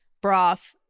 broth